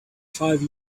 five